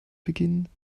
beginnen